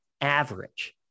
average